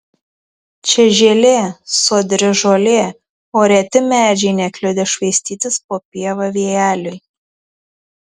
čia žėlė sodri žolė o reti medžiai nekliudė švaistytis po pievą vėjeliui